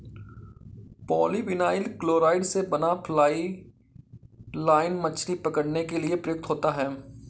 polyvinyl chloride से बना fly line मछली पकड़ने के लिए प्रयुक्त होता है